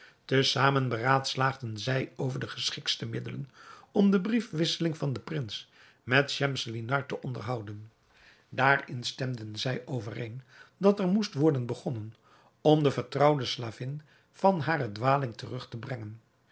te zamen beraadslaagden zij over de geschiktste middelen om de briefwisseling van den prins met schemselnihar te onderhouden daarin stemden zij overeen dat er moest worden begonnen om de vertrouwde slavin van hare dwaling terug te brengen